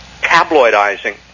tabloidizing